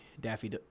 Daffy